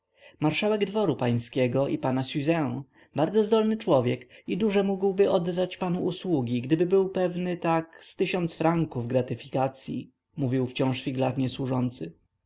marszalek dworu pańskiego i pana siuzę bardzo zdolny człowiek i duże mógłby panu oddać usługi gdyby był pewny tak z tysiąc franków gratyfikacyi mówił wciąż figlarnie służący